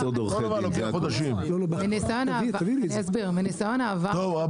אני אסביר --- טוב,